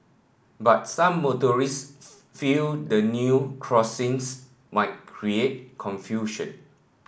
but some motorists feel the new crossings might create confusion